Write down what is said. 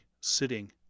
sitting